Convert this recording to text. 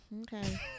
okay